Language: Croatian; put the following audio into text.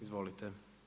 Izvolite.